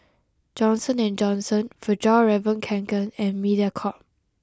Johnson and Johnson Fjallraven Kanken and Mediacorp